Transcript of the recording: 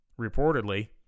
reportedly